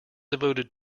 devoted